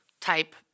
type